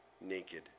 naked